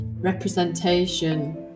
representation